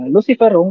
Lucifer